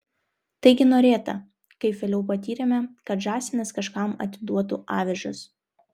taigi norėta kaip vėliau patyrėme kad žąsinas kažkam atiduotų avižas